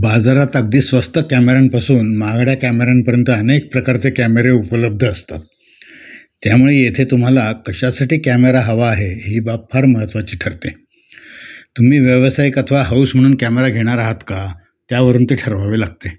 बाजारात अगदी स्वस्त कॅमेऱ्यांपासून महागड्या कॅमेऱ्यांपर्यंत अनेक प्रकारचे कॅमेरे उपलब्ध असतात त्यामुळे येथे तुम्हाला कशासाठी कॅमेरा हवा आहे ही बाब फार महत्त्वाची ठरते तुम्ही व्यावसायिक अथवा हौस म्हणून कॅमेरा घेणार आहात का त्यावरून ते ठरवावे लागते